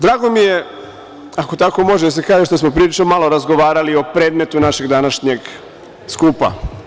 Drago mi je, ako tako može da se kaže, što smo malo razgovarali o predmetu našeg današnjeg skupa.